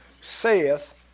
saith